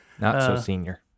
Not-so-senior